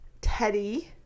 Teddy